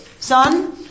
Son